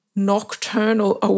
nocturnal